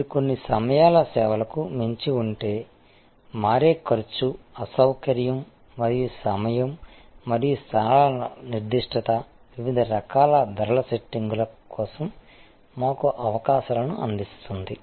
మీరు కొన్ని సమయాల సేవలకు మించి ఉంటే మారే ఖర్చు అసౌకర్యం మరియు సమయం మరియు స్థానాల నిర్దిష్టత వివిధ రకాల ధరల సెట్టింగ్ల కోసం మాకు అవకాశాలను అందిస్తుంది